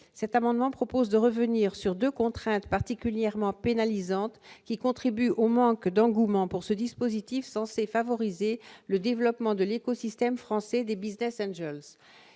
cet amendement propose de revenir sur 2 contraintes particulièrement pénalisante qui contribue au manque d'engouement pour ce dispositif censé favoriser le développement de l'écosystème français des Business, il